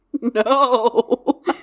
No